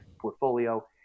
portfolio